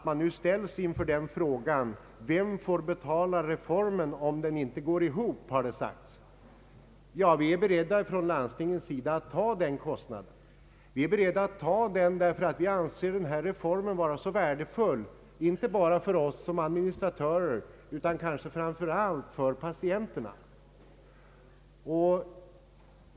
Man har frågat: Vem får betala reformen om den inte går ihop? Vi är på landstingens sida beredda att ta den kostnaden, ty vi anser denna reform vara så värdefull inte bara för oss som administratörer utan kanske framför allt för patienterna.